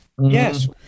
Yes